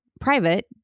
private